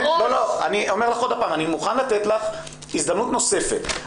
אני אומר לך שוב שאני מוכן לתת הזדמנות נוספת.